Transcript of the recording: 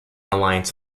alliance